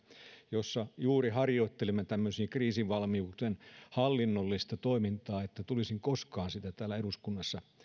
jossa juuri harjoittelimme tämmöiseen kriisivalmiuteen hallinnollista toimintaa että tulisin koskaan niin täällä eduskunnassa